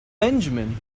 benjamin